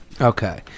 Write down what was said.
Okay